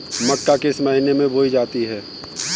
मक्का किस महीने में बोई जाती है?